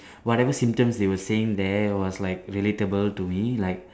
whatever symptoms they were saying there was like relatable to me like